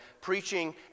Preaching